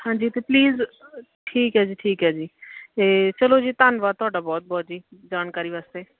ਹਾਂਜੀ ਅਤੇ ਪਲੀਜ਼ ਠੀਕ ਹੈ ਜੀ ਠੀਕ ਹੈ ਜੀ ਅਤੇ ਚੱਲੋ ਜੀ ਧੰਨਵਾਦ ਤੁਹਾਡਾ ਬਹੁਤ ਬਹੁਤ ਜੀ ਜਾਣਕਾਰੀ ਵਾਸਤੇ